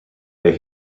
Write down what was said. hij